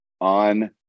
on